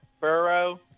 Burrow